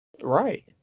Right